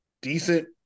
decent